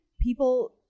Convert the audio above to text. people